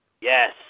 Yes